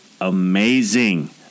amazing